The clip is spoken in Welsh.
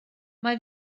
mae